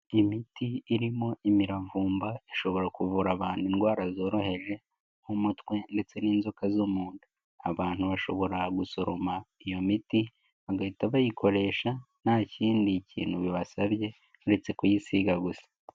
Imiti irimo imiravumba ishobora kuvura abantu indwara zoroheje nk'umutwe ndetse n'inzoka zo mu nda, abantu bashobora gusoroma iyo miti, bagahita bayikoresha nta kindi kintu bibasabye uretse kuyisiga gusa.